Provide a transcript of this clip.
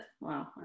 wow